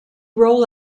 roll